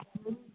blue button